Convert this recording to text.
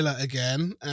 again